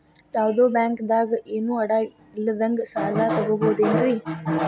ಯಾವ್ದೋ ಬ್ಯಾಂಕ್ ದಾಗ ಏನು ಅಡ ಇಲ್ಲದಂಗ ಸಾಲ ತಗೋಬಹುದೇನ್ರಿ?